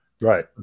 Right